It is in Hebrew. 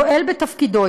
מועל בתפקידו.